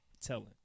telling